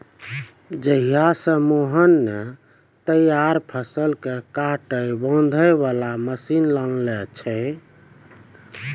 जहिया स मोहन नॅ तैयार फसल कॅ काटै बांधै वाला मशीन लानलो छै